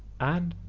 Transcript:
and,